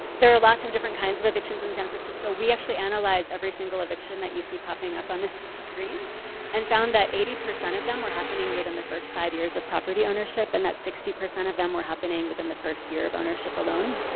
there are lots of different kinds of evictions in san francisco, we actually analyzed every single eviction that you see popping up on this screen and found that eighty percent of them are happening within the first five years of property ownership and that sixty percent of them were happening within the first year of ownership alone.